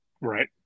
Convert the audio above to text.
Right